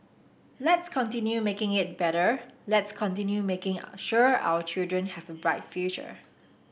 let's continue making it better let's continue making sure our children have a bright future